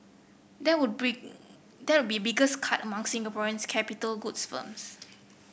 that would be that would be biggest cut among Singaporean capital goods firms